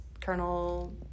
Colonel